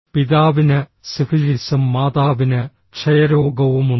പിതാവിന് സിഫിലിസും മാതാവിന് ക്ഷയരോഗവുമുണ്ട്